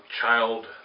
child